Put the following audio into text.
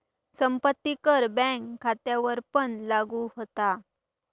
संपत्ती कर बँक खात्यांवरपण लागू होता